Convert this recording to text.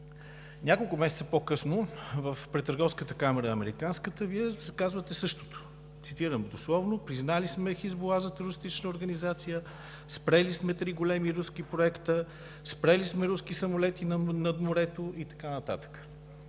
Няколко месеца по-късно пред американската Търговска камара Вие казвате същото. Цитирам дословно: „Признали сме „Хизбула“ за терористична организация, спрели сме три големи руски проекта, спрели сме руски самолети над морето“, и така нататък.